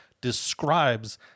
describes